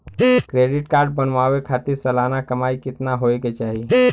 Credit card बनवावे खातिर सालाना कमाई कितना होए के चाही?